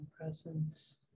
presence